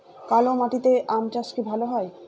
কালো মাটিতে আম চাষ কি ভালো হয়?